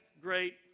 great